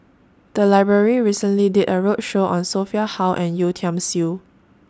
The Library recently did A roadshow on Sophia Hull and Yeo Tiam Siew